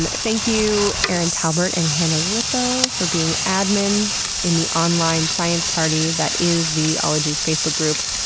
but thank you erin talbert and hannah lipow for being admins in the online science party that is the ologies facebook group.